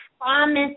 promise